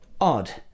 odd